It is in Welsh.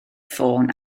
ffôn